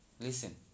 Listen